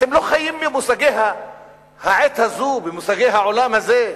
אתם לא חיים במושגי העת הזאת, במושגי העולם הזה,